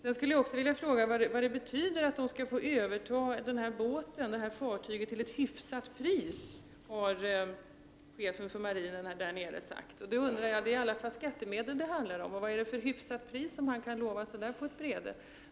Jag skulle också vilja fråga: Vad betyder det att stiftelsen skall få överta detta fartyg till, som chefen för marinen där nere har sagt, ”ett hyfsat pris”? Det är i alla fall skattemedel det handlar om. Vad är det då för ett ”hyfsat pris” som han kan lova så där på ett bräde?